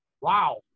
Wow